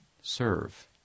serve